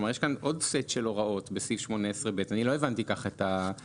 כלומר יש כאן עוד סט של הוראות בסעיף 18ב. אני לא הבנתי כך את ההחלטה,